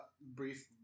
Brief